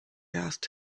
asked